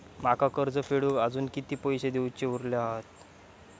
माका कर्ज फेडूक आजुन किती पैशे देऊचे उरले हत?